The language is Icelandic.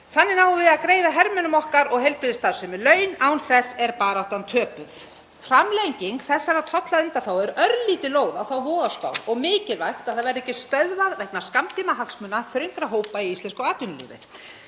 Þannig náum við að greiða hermönnum okkar og heilbrigðisstarfsmönnum laun. Án þess er baráttan töpuð. Framlenging þessarar tollaundanþágu er örlítið lóð á þá vogarskál og mikilvægt að það verði ekki stöðvað vegna skammtímahagsmuna þröngra hópa í íslensku atvinnulífi.